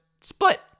split